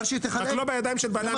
רק לא בידיים של בעלי המכסות.